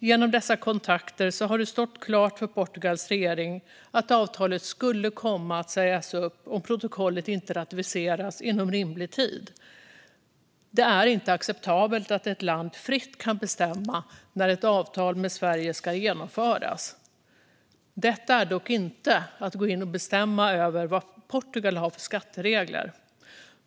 Genom dessa kontakter har det stått klart för Portugals regering att avtalet skulle komma att sägas upp om protokollet inte ratificerades inom rimlig tid. Det är inte acceptabelt att ett land fritt kan bestämma när ett avtal med Sverige ska genomföras. Detta är inte att gå in och bestämma över vad Portugal har för skatteregler.